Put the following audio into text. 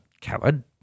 Coward